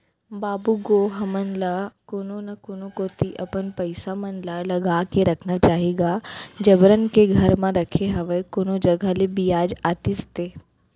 बाबू गो हमन ल कोनो न कोनो कोती अपन पइसा मन ल लगा के रखना चाही गा जबरन के घर म रखे हवय कोनो जघा ले बियाज आतिस ते